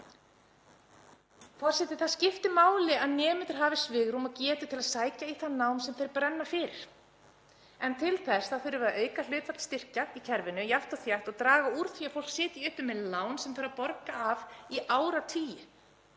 Það skiptir máli að nemendur hafi svigrúm og getu til að sækja í það nám sem þeir brenna fyrir en til þess þurfum við að auka hlutfall styrkja í kerfinu jafnt og þétt og draga úr því að fólk sitji uppi með lán sem þarf að borga af í áratugi.